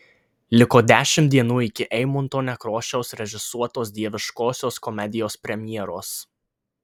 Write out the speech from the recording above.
liko dešimt dienų iki eimunto nekrošiaus režisuotos dieviškosios komedijos premjeros